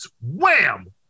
wham